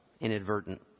inadvertent